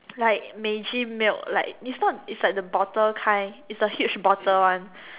like Meiji milk like its not is like the bottle kind is the huge bottle one